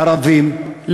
ערבים.